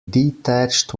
detached